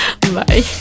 Bye